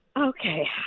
Okay